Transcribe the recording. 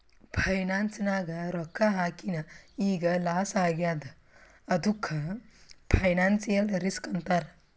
finance ನಾಗ್ ರೊಕ್ಕಾ ಹಾಕಿನ್ ಈಗ್ ಲಾಸ್ ಆಗ್ಯಾದ್ ಅದ್ದುಕ್ ಫೈನಾನ್ಸಿಯಲ್ ರಿಸ್ಕ್ ಅಂತಾರ್